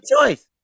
choice